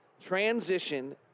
transition